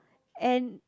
and